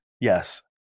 Yes